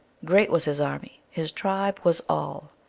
great was his army, his tribe was all.